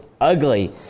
ugly